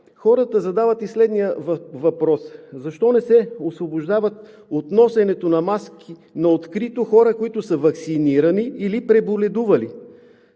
хората задават и следния въпрос: защо не се освобождават от носенето на маски на открито хора, които са ваксинирани или преболедували?